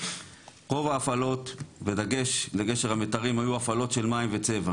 רוב ההפעלות בדגש על גשר המיתרים היו הפעלות של מים וצבע,